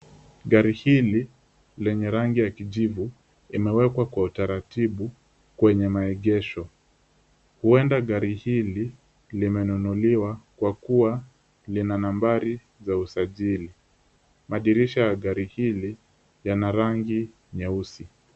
Gari hili lenye rangi ya kijivu kimewekwa kwa utaratibu kwenyé maegesho, huenda gari hili limenunuliwa kwa kuwa lina nambari za usajili. Madirisha ya gari hili yana rangi nyeusi.